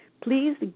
Please